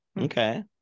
Okay